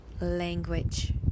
language